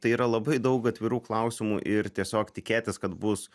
tai yra labai daug atvirų klausimų ir tiesiog tikėtis kad bus